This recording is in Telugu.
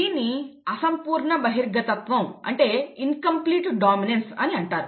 దీనిని అసంపూర్ణ బహిర్గతత్వం అంటే ఇన్కంప్లీట్ డామినెన్స్ అని అంటారు